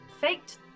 faked